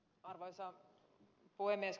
arvoisa puhemies